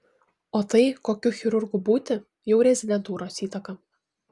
o tai kokiu chirurgu būti jau rezidentūros įtaka